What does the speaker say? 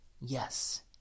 Yes